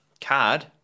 card